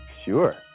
Sure